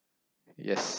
yes